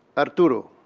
artouro.